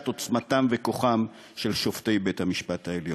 עוצמתם וכוחם של שופטי בית-המשפט העליון.